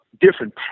different